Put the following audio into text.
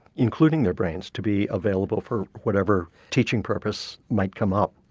including their brains, to be available for whatever teaching purpose might come up.